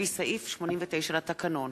לפי סעיף 89 לתקנון.